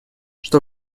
что